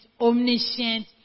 omniscient